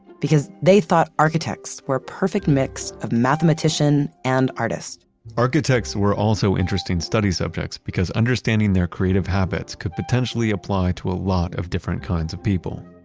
because they thought architects were a perfect mix of mathematician and artist architects were also interesting study subjects because understanding their creative habits could potentially apply to a lot of different kinds of people.